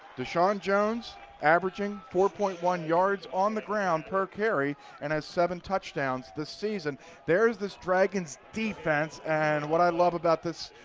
deshawn jones averaging four point one yards on the ground per carry and has seven touchdowns this season there is this dragons defense and what i love about this,